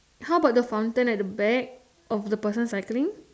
how about the fountain at the back of the person cycling